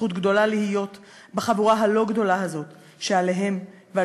זכות גדולה להיות בחבורה הלא-גדולה הזאת שעליהם ועל